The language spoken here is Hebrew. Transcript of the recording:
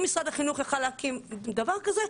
אם משרד החינוך יכול היה להקים דבר כזה,